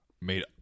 made